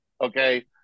okay